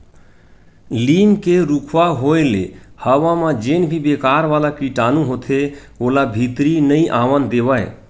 लीम के रूखवा होय ले हवा म जेन भी बेकार वाला कीटानु होथे ओला भीतरी नइ आवन देवय